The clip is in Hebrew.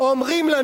מה